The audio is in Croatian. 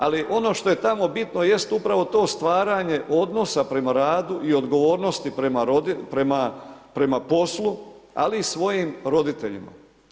Ali ono što je tamo bitno jest upravo to stvaranje odnosa prema radu i odgovornosti prema poslu, ali i svojim roditeljima.